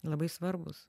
labai svarbūs